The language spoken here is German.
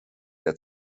der